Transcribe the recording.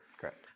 Correct